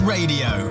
Radio